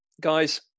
guys